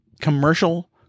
commercial